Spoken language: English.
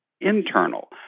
internal